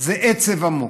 זה עצב עמוק.